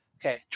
Okay